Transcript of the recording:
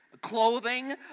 clothing